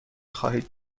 خواهید